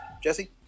Jesse